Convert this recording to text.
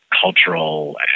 cultural